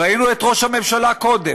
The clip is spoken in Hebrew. ראינו את ראש הממשלה קודם: